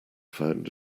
found